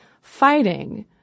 fighting